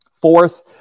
Fourth